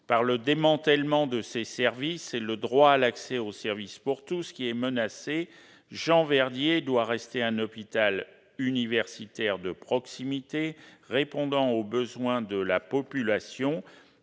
Par le démantèlement de ces services, c'est le droit à l'accès aux soins pour tous qui est menacé. L'hôpital Jean-Verdier doit rester un hôpital universitaire de proximité répondant aux besoins de la population.